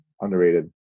Underrated